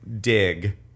dig